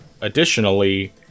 additionally